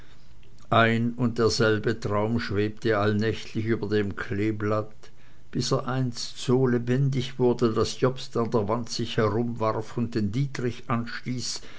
ein und derselbe traum schwebte allnächtlich über dem kleeblatt bis er einst so lebendig wurde daß jobst an der wand sich herumwarf und den dietrich